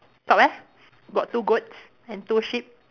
top eh got two goats and two sheep